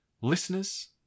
listeners